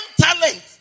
talent